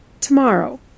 Tomorrow